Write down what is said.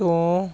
ਤੋਂ